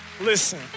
Listen